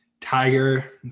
Tiger